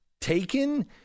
taken